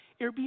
Airbnb